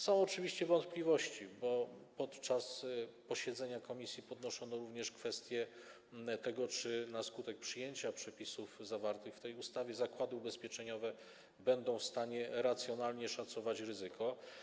Są oczywiście wątpliwości, bo podczas posiedzenia komisji podnoszono również kwestie tego, czy na skutek przyjęcia przepisów zawartych w tej ustawie zakłady ubezpieczeniowe będą w stanie racjonalnie szacować ryzyko.